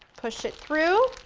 push it through.